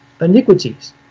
iniquities